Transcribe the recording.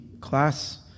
class